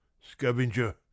scavenger